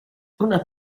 una